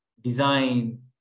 design